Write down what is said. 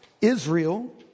Israel